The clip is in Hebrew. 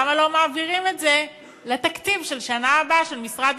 למה לא מעבירים את זה לתקציב השנה הבאה של משרד